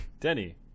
Denny